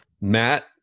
matt